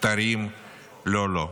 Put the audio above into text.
כתרים לא לו.